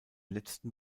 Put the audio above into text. letzten